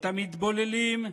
את המתבוללים,